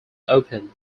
open